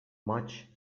maç